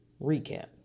Recap